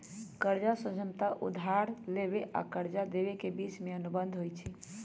कर्जा समझौता उधार लेबेय आऽ कर्जा देबे के बीच के अनुबंध होइ छइ